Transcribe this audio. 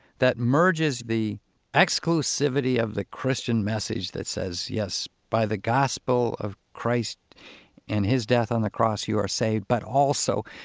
that merges the exclusivity of the christian message that says, yes, by the gospel of christ and his death on the cross you are saved, but also,